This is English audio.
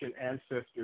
ancestors